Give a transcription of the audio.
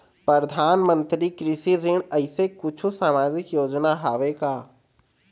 परधानमंतरी कृषि ऋण ऐसे कुछू सामाजिक योजना हावे का?